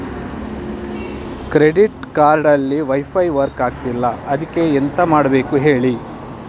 credit card ಅಲ್ಲಿ wifi work ಆಗ್ತಿಲ್ಲ ಅದ್ಕೆ ಎಂತ ಮಾಡಬೇಕು ಹೇಳಿ